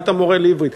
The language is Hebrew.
היית מורה לעברית.